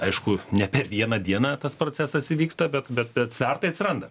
aišku ne per vieną dieną tas procesas įvyksta bet bet svertai atsiranda